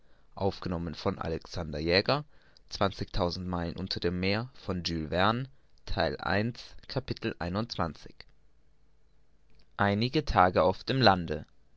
einige tage auf dem lande